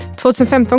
2015